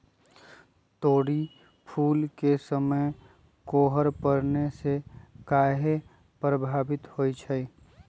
तोरी फुल के समय कोहर पड़ने से काहे पभवित होई छई?